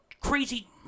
crazy